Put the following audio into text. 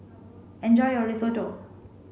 enjoy your Risotto